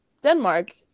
Denmark